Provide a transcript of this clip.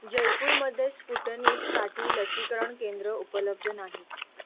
जयपूरमध्ये स्पुटनिकसाठी लसीकरण केंद्र उपलब्ध नाहीत